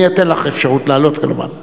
אני אתן לך אפשרות לעלות ולומר,